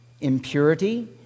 impurity